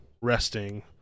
resting